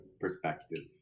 perspective